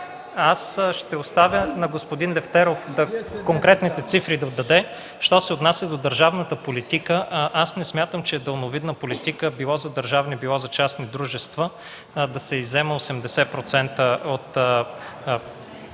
Аз ще оставя на господин Лефтеров да даде конкретните цифри. Що се отнася до държавната политика, не смятам, че е далновидна политика – било за държавни, било за частни дружества, да се взема 80% от